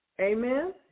Amen